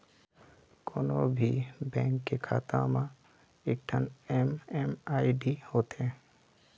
कोनो भी बेंक के खाता म एकठन एम.एम.आई.डी होथे